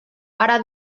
ara